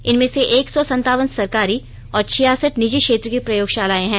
इनमें से एक सौ संतावन सरकारी और छियासठ निजी क्षेत्र की प्रयोगशालाएं हैं